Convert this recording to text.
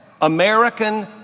American